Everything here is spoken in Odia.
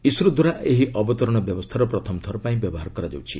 ଇସ୍ରୋ ଦ୍ୱାରା ଏହି ଅବତରଣ ବ୍ୟବସ୍ଥାର ପ୍ରଥମଥର ପାଇଁ ବ୍ୟବହାର କରାଯାଉଛି